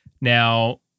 Now